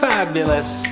Fabulous